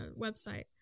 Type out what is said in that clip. website